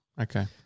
Okay